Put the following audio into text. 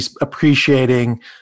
appreciating